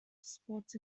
sports